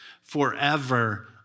forever